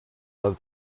love